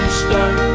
start